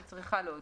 שהיא צריכה להודיע.